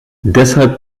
deshalb